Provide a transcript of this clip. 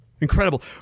Incredible